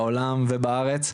בעולם ובארץ.